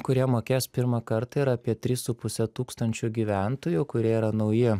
kurie mokės pirmą kartą yra apie tris su puse tūkstančio gyventojų kurie yra nauji